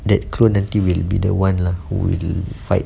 that clone until will be the one lah who will fight